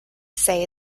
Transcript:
say